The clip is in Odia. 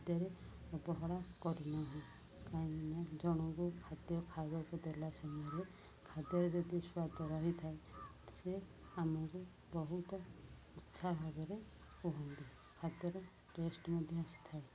ଖାଦ୍ୟରେ ବ୍ୟବହାର କରୁନାହୁଁ କାହିଁକିନା ଜଣଙ୍କୁ ଖାଦ୍ୟ ଖାଇବାକୁ ଦେଲା ସମୟରେ ଖାଦ୍ୟରେ ଯଦି ସ୍ୱାଦ ରହିଥାଏ ସେ ଆମକୁ ବହୁତ ଉତ୍ଛା ଭାବରେ କୁହନ୍ତି ଖାଦ୍ୟର ଟେଷ୍ଟ ମଧ୍ୟ ଆସିଥାଏ